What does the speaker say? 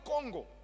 Congo